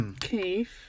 Keith